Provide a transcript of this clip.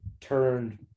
turned